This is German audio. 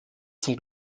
zum